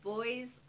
Boys